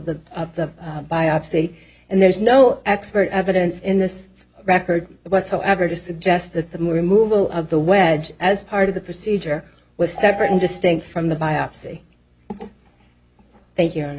the of the biopsy and there's no expert evidence in this record whatsoever to suggest that the more removal of the wedge as part of the procedure was separate and distinct from the biopsy thank you